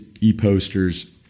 e-posters